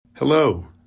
Hello